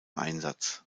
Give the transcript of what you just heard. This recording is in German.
einsatz